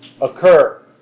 occur